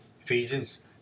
Ephesians